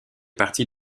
partie